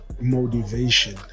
motivation